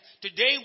Today